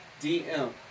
DM